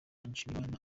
nshimiyimana